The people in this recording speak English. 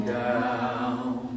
down